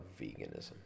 veganism